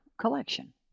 collection